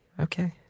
Okay